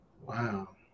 Wow